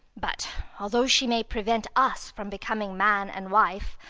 but although she may prevent us from becoming man and wife,